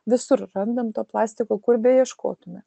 visur randam to plastiko kur beieškotume